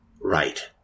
right